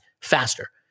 faster